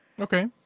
Okay